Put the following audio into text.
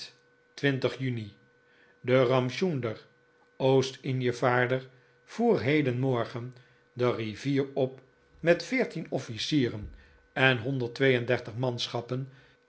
juni de ramchunder oostinjevaarder voer hedenmorgen de rivier op met veertien officieren en honderd twee en dertig manschappen